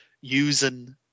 using